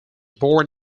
born